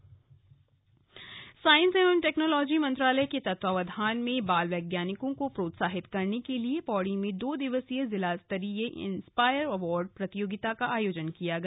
inspire award प्रतियोगिता science एवं technology मंत्रालय के तत्वावधान में बाल वैज्ञानिकों को प्रोत्साहित करने के लिए पोड़ी में दो दिवसीय जिलास्तरीय इंस्पायर अवॉर्ड प्रतियोगिता का आयोजन किया गया